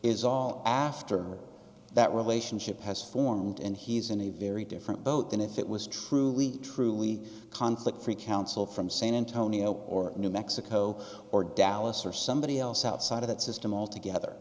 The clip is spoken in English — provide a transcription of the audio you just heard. all after that relationship has formed and he's in a very different boat than if it was truly truly conflict free counsel from san antonio or new mexico or dallas or somebody else outside of that system altogether